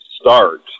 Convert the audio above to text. Start